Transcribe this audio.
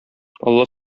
алла